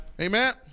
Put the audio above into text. Amen